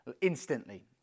instantly